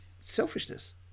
selfishness